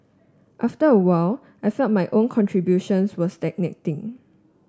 after a while I felt my own contributions were stagnating